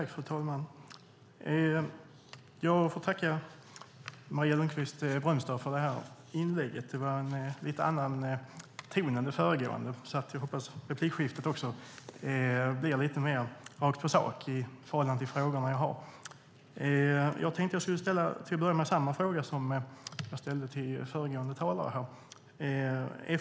Fru talman! Jag får tacka Maria Lundqvist-Brömster för inlägget! Det var en annan ton än i det föregående, och jag hoppas att replikskiftet blir lite mer rak på sak i förhållande till mina frågor. Jag tänkte till att börja med ställa samma fråga som jag ställde till föregående talare.